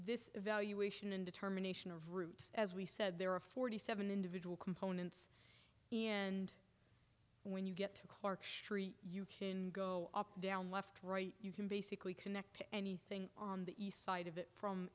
this evaluation and determination of routes as we said there are forty seven individual components in when you get to clark street you can go down left right you can basically connect to anything on the east side of it from